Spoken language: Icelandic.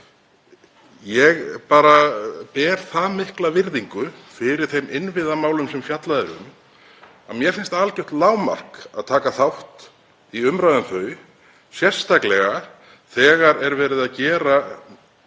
Ég bara ber það mikla virðingu fyrir þeim innviðamálum sem fjallað er um að mér finnst það algjört lágmark að taka þátt í umræðu um þau, sérstaklega þegar er verið að gera